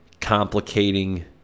complicating